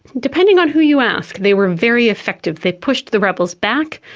depending on who you ask, they were very effective. they pushed the rebels back.